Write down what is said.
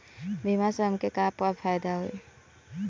बीमा से हमके का फायदा होई?